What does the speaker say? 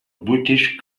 british